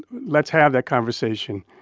let's have that conversation.